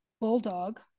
bulldog